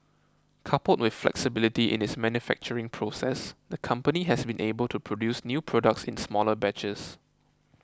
coupled with flexibility in its manufacturing process the company has been able to produce new products in smaller batches